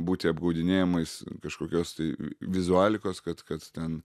būti apgaudinėjimais kažkokios tai vizualikos kad kad ten